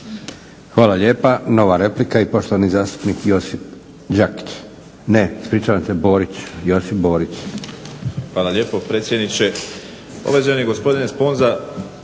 Hvala lijepa. Nova replika i poštovani zastupnik Josip Đakić, ne ispričavam se Borić, Josip Borić. **Borić, Josip (HDZ)** Hvala lijepo predsjedniče. Uvaženi gospodine Sponza